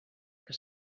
que